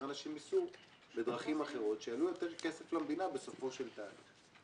אנשים ייסעו בדרכים אחרות שיעלו יותר כסף למדינה בסופו של תהליך.